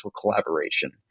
collaboration